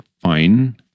fine